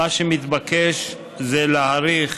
מה שמתבקש הוא להאריך